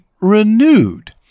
renewed